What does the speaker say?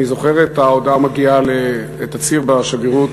אני זוכר את ההודעה מגיעה, את הציר בשגרירות,